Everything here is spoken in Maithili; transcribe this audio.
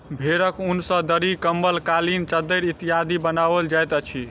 भेंड़क ऊन सॅ दरी, कम्बल, कालीन, चद्दैर इत्यादि बनाओल जाइत अछि